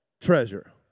treasure